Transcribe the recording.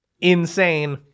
Insane